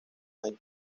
año